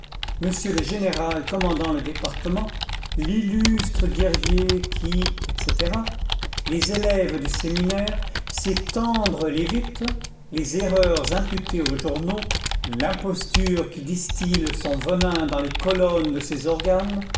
monsieur le général commandant le département l'illustre guerrier qui etc les élèves du séminaire ces tendres lévites les erreurs imputées aux journaux l'imposture qui distille son venin dans les colonnes de ces organes